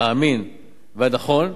האמין והנכון,